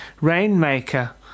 Rainmaker